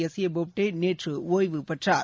S A Bobde நேற்று ஒய்வு பெற்றார்